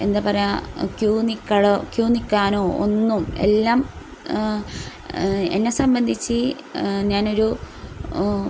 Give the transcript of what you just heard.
എന്താ പറയുക ക്യൂ നിക്കലോ നിക്കാനോ ഒന്നും എല്ലാം എന്നെ സംബന്ധിച്ച് ഞാനൊരു